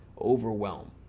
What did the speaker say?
Overwhelm